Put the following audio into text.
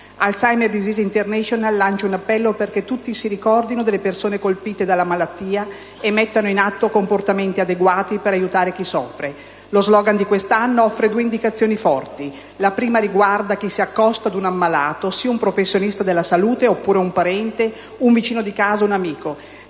*Alzheimer Disease International* lancia un appello perché tutti si ricordino delle persone colpite dalla malattia e mettano in atto comportamenti adeguati per aiutare chi soffre. Lo *slogan* di quest'anno offre due indicazioni forti. La prima riguarda chi si accosta ad un ammalato, sia questi un professionista della salute oppure un parente, un vicino di casa, un amico: